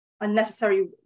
unnecessary